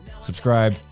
subscribe